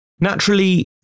Naturally